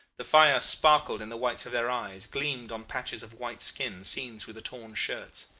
the fire sparkled in the whites of their eyes, gleamed on patches of white skin seen through the torn shirts.